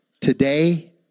today